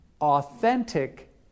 authentic